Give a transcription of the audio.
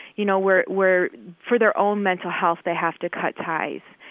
you know, where where for their own mental health, they have to cut ties.